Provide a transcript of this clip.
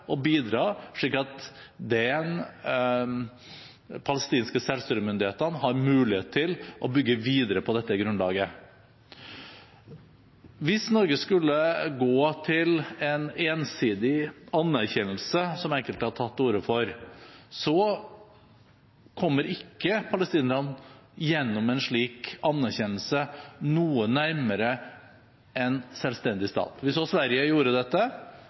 å bidra, slik at de palestinske selvstyremyndighetene har mulighet til å bygge videre på dette grunnlaget. Hvis Norge skulle gå til en ensidig anerkjennelse – som enkelte har tatt til orde for – kommer ikke palestinerne gjennom en slik anerkjennelse noe nærmere en selvstendig stat. Vi så at Sverige gjorde dette